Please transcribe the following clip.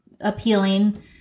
appealing